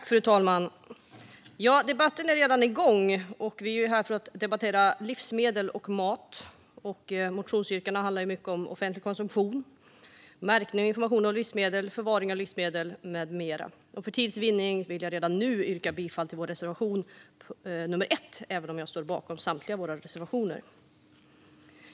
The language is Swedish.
Fru talman! Debatten är redan igång. Vi är här för att debattera livsmedel och mat. Motionsyrkandena handlar mycket om offentlig konsumtion, märkning av och information om livsmedel, förvaring av livsmedel med mera. För tids vinnande vill jag redan nu yrka bifall till reservation 2. Jag står dock bakom samtliga Miljöpartiets reservationer.